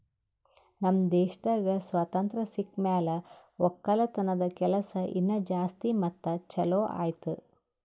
ನಮ್ ದೇಶದಾಗ್ ಸ್ವಾತಂತ್ರ ಸಿಕ್ ಮ್ಯಾಲ ಒಕ್ಕಲತನದ ಕೆಲಸ ಇನಾ ಜಾಸ್ತಿ ಮತ್ತ ಛಲೋ ಆಯ್ತು